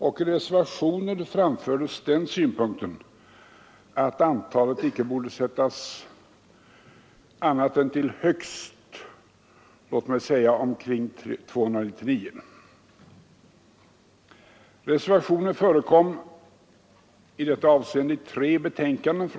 I reservationen framfördes den synpunkten att antalet borde sättas till högst låt mig säga omkring 299.